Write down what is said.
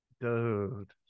Dude